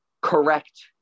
correct